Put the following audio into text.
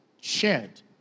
Shared